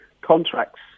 Contracts